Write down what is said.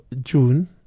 June